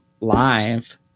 live